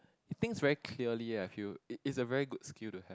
he thinks very clearly eh I feel it it's a very good skill to have